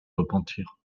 repentir